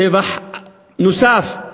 טבח נוסף.